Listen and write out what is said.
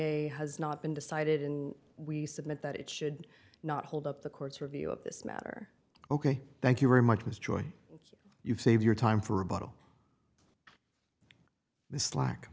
a has not been decided and we submit that it should not hold up the court's review of this matter ok thank you very much with joy you've saved your time for a bottle this lack